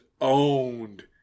owned